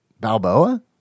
Balboa